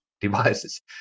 devices